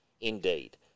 Indeed